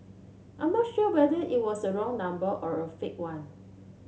I'm not sure whether it was a wrong number or a fake one